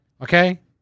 Okay